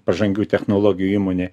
pažangių technologijų įmonė